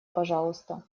пожалуйста